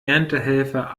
erntehelfer